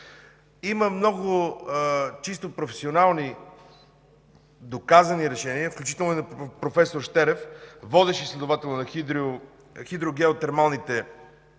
Има много чисто професионални, доказани решения, включително на проф. Щерев – водещ изследовател на хидрогеотермалните и